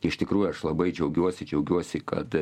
iš tikrųjų aš labai džiaugiuosi džiaugiuosi kad